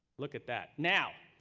look at that. now,